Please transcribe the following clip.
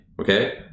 Okay